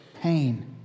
pain